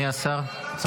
אתה נותן לו הטבות.